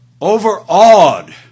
overawed